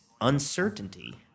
uncertainty